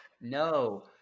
No